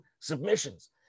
submissions